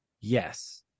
Yes